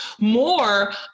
more